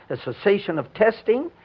the cessation of testing.